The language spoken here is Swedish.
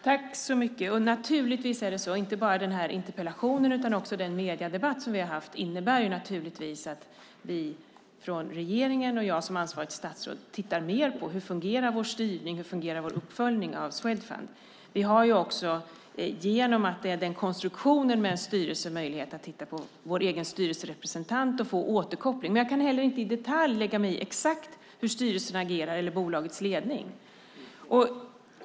Herr talman! Naturligtvis innebär inte bara den här interpellationen utan också den mediedebatt som har varit att vi i regeringen och jag som ansvarigt statsråd tittar mer på hur vår styrning och uppföljning av Swedfund fungerar. Vi har också, genom konstruktionen med en styrelse, möjlighet att få återkoppling från vår egen styrelserepresentant. Men jag kan inte i detalj lägga mig i exakt hur styrelsen eller bolagets ledning agerar.